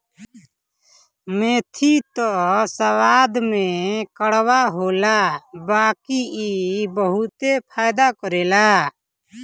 मेथी त स्वाद में कड़वा होला बाकी इ बहुते फायदा करेला